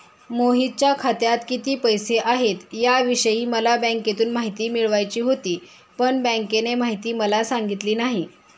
मोहितच्या खात्यात किती पैसे आहेत याविषयी मला बँकेतून माहिती मिळवायची होती, पण बँकेने माहिती मला सांगितली नाही